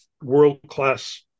world-class